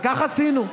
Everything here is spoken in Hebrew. וכך עשינו,